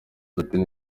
platini